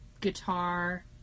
guitar